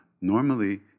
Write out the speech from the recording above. normally